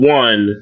one